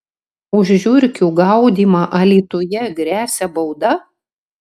už žiurkių gaudymą alytuje gresia bauda